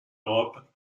europe